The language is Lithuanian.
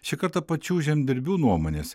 šį kartą pačių žemdirbių nuomonės